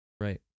Right